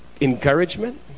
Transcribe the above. encouragement